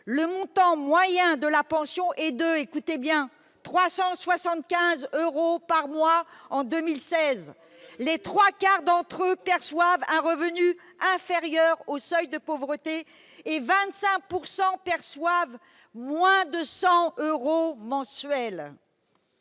le montant moyen de la pension était- écoutez bien ! -de 375 euros par mois en 2016. Scandaleux ! Les trois quarts d'entre eux perçoivent un revenu inférieur au seuil de pauvreté, et 25 % perçoivent moins de 100 euros mensuels.